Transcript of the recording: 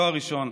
תואר ראשון,